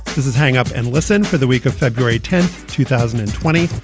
this is hang up and listen for the week of february tenth, two thousand and twenty.